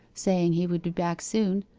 saying he would be back soon.